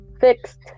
fixed